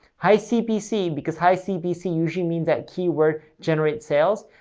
high cpc, because high cpc usually means that keyword generates sales,